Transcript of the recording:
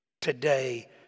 today